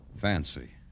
Fancy